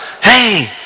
hey